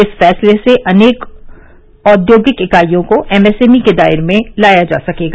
इस फैसले से अनेक औद्योगिक इकाईयों को एमएसएमई के दायरे में लाया जा सकेगा